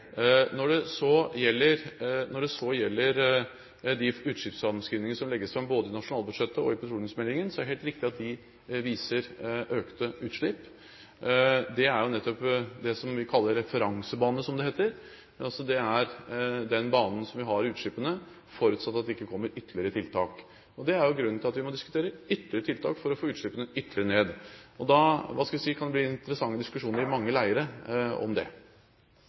Når det så gjelder de utslippsframskrivningene som legges fram både i nasjonalbudsjettet og i petroleumsmeldingen, er det helt riktig at de viser økte utslipp. Det er jo nettopp det vi kaller referansebane, som det heter. Det er den banen vi har i utslippene, forutsatt at det ikke kommer ytterligere tiltak. Det er jo grunnen til at vi må diskutere flere tiltak for å få utslippene ytterligere ned. Da kan det bli interessante diskusjoner i mange leirer om det.